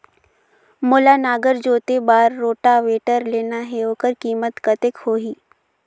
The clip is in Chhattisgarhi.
मोला नागर जोते बार रोटावेटर लेना हे ओकर कीमत कतेक होही?